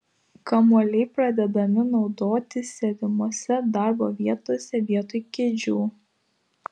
kamuoliai pradedami naudoti sėdimose darbo vietose vietoj kėdžių